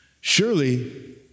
Surely